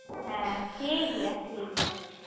ᱦᱮᱸ ᱴᱷᱤᱠᱜᱮᱭᱟ ᱴᱷᱤᱠᱜᱮᱭᱟ